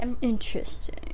interesting